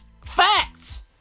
Facts